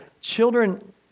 Children